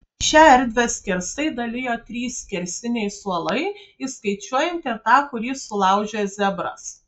šią erdvę skersai dalijo trys skersiniai suolai įskaičiuojant ir tą kurį sulaužė zebras